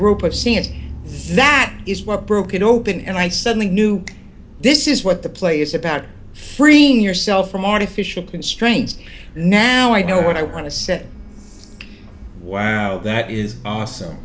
rupert see and that is what broke it open and i suddenly knew this is what the play is about freeing yourself from artificial constraints now i know what i want to say wow that is awesome